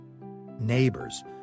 neighbors